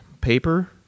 paper